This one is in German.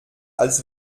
als